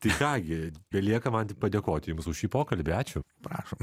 tai ką gi belieka man padėkoti jums už šį pokalbį ačiū prašom